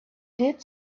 did